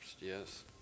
yes